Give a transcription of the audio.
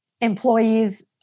employees